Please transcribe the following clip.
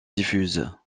diffuse